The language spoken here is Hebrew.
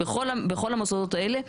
בכל המוסדות האלה,